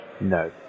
No